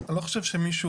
אני לא חושב שמישהו